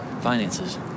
finances